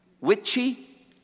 witchy